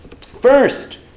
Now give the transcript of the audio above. First